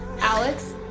Alex